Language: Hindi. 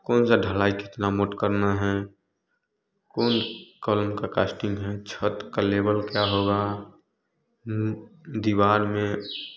कौन सा ढलाई कितना मोटा करना है कौन कॉलम का कास्टिंग है छत का लेबल क्या होगा दीवार में